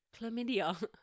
Chlamydia